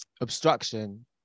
obstruction